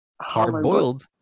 Hard-boiled